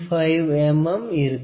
5 mm இருக்கும்